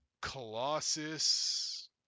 Colossus